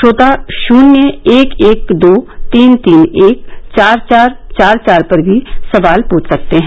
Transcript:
श्रोता शून्य एक एक दो तीन तीन एक चार चार चार पर भी सवाल पुछ सकते हैं